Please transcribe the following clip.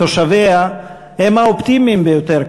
תושביה הם האופטימיים ביותר,